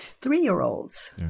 three-year-olds